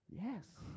Yes